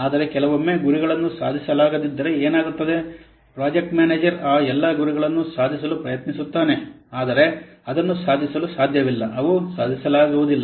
ಆದರೆ ಕೆಲವೊಮ್ಮೆ ಗುರಿಗಳನ್ನು ಸಾಧಿಸಲಾಗದಿದ್ದರೆ ಏನಾಗುತ್ತದೆ ಪ್ರಾಜೆಕ್ಟ್ ಮ್ಯಾನೇಜರ್ ಆ ಎಲ್ಲಾ ಗುರಿಗಳನ್ನು ಸಾಧಿಸಲು ಪ್ರಯತ್ನಿಸುತ್ತಾನೆ ಆದರೆ ಅದನ್ನು ಸಾಧಿಸಲು ಸಾಧ್ಯವಿಲ್ಲ ಅವು ಸಾಧಿಸಲಾಗುವುದಿಲ್ಲ